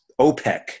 OPEC